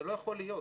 זה לא יכול להיות.